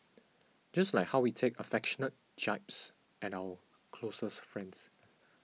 just like how we take affectionate jibes at our closest friends